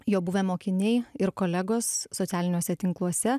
jo buvę mokiniai ir kolegos socialiniuose tinkluose